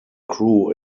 crew